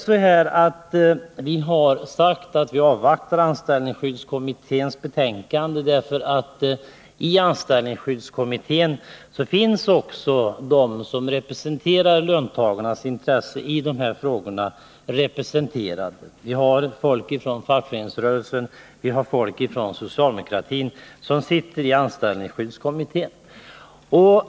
Vi har sagt att vi avvaktar anställningsskyddskommitténs betänkande därför att i den kommittén finns också de som representerar löntagarnas intresse. Vi har folk från fackföreningsrörelsen och vi har folk från socialdemokratin som sitter i anställningsskyddskommittén.